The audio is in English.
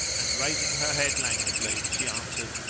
and raising her head languidly she answered,